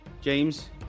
James